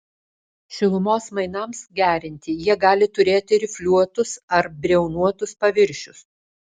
šilumos mainams gerinti jie gali turėti rifliuotus ar briaunotus paviršius